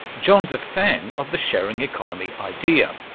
john's a fan of the sharing economy idea,